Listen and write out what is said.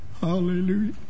hallelujah